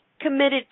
committed